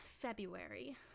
February